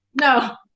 No